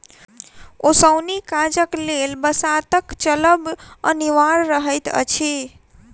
ओसौनी काजक लेल बसातक चलब अनिवार्य रहैत अछि